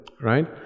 right